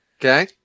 Okay